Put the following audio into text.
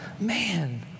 Man